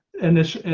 and this,